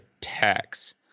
tax